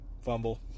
Fumble